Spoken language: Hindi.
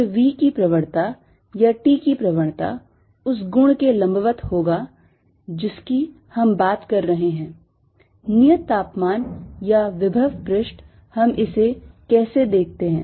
फिर V की प्रवणता या T की प्रवणता उस गुण के लंबवत होगी जिसकी हम बात कर रहे हैं नियत तापमान या विभव पृष्ठ हम इसे कैसे देखते हैं